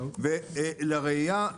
ולראיה,